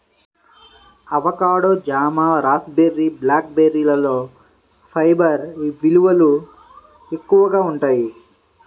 avocado, జామ, raspberry, black బెర్రీలలో fibre విలువలు ఎక్కువగా ఉంటాయి